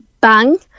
bang